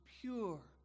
pure